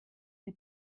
der